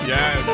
Yes